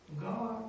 God